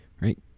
right